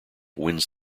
wins